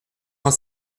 cent